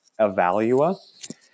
Evalua